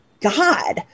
God